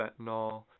fentanyl